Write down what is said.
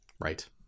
right